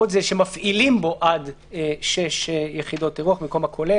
שמפעילים בו עד 6 יחידות אירוח, במקום "הכולל"